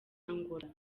angola